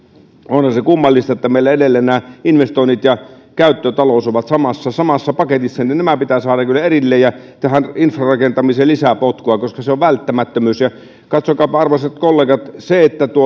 onhan se kummallista että meillä edelleen nämä investoinnit ja käyttötalous ovat samassa samassa paketissa nämä pitää kyllä saada erilleen ja tähän infrarakentamiseen lisää potkua koska se on välttämättömyys katsokaapa arvoisat kollegat